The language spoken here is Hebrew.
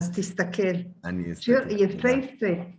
אז תסתכל, אני אסתכל... שיר יפייפה.